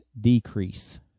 decrease